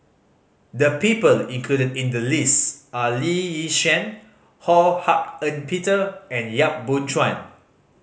the people included in the list are Lee Yi Shyan Ho Hak Ean Peter and Yap Boon Chuan